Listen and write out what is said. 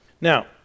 now